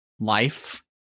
life